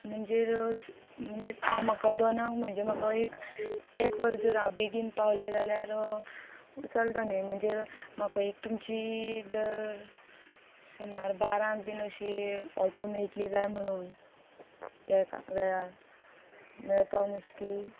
म्हणजे म्हणजे म्हाका दोनाक म्हणजे म्हाका एक वर जर हांव बेगीन पावले जाल्यार चलता न्ही म्हणजे म्हाका एक तुमची दर सुमार बारांक बीन अशी ऑटो मेळटली काय म्हणून त्या वेळार मेळपाक मुश्कील